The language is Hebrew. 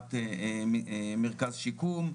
הקמת מרכז שיקום,